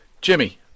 Jimmy